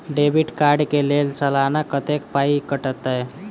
Debit card कऽ लेल सलाना कत्तेक पाई कटतै?